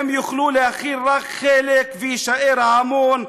הם יוכלו להכיל רק חלק ויישאר ההמון,